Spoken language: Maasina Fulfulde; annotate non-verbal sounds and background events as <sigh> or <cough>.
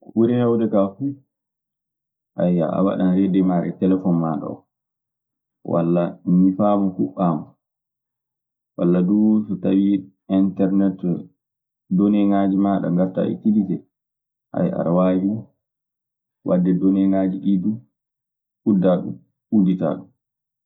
Ko ɓuri heewde kaa fuu, <hesitation> a waɗan reedemaare telefoaŋ maaɗa oo, walla ñifaa mo kuɓɓaa mo, walla duu so tawi enternet doneŋaaji maaɗa ngaɗta itiliser. <hesitation> aɗa waawi waɗde doneŋaaji ɗii du, uddaa ɗun udditaa ɗun.